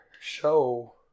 show